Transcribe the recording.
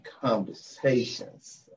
conversations